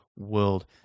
world